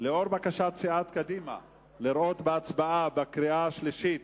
לאור בקשת סיעת קדימה לראות בהצבעה בקריאה השלישית